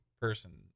person